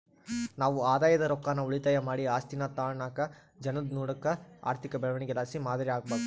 ನಾವು ಆದಾಯದ ರೊಕ್ಕಾನ ಉಳಿತಾಯ ಮಾಡಿ ಆಸ್ತೀನಾ ತಾಂಡುನಾಕ್ ಜನುದ್ ನಡೂಕ ಆರ್ಥಿಕ ಬೆಳವಣಿಗೆಲಾಸಿ ಮಾದರಿ ಆಗ್ಬಕು